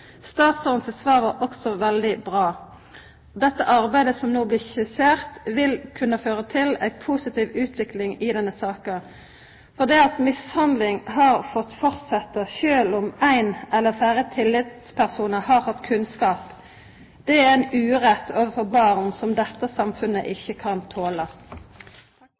Statsråden sitt svar var også veldig bra. Dette arbeidet som no blir skissert, vil kunna føra til ei positiv utvikling i denne saka. At mishandling har fått halda fram sjølv om ein eller fleire tillitspersonar har hatt kunnskap, er ein urett overfor barn som dette samfunnet ikkje kan